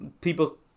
people